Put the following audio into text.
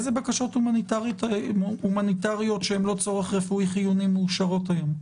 איזה בקשות הומניטריות שהן לא צורך רפואי חיוני מאושרות היום?